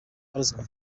ubarizwa